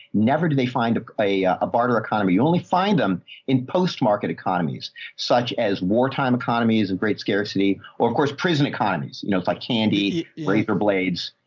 never did they find a a barter economy? you only find them in post-market economies, such as war time economy is a great scarcity or of course, prison economies. you know, it's like candy razorblades,